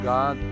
God